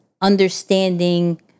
understanding